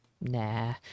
Nah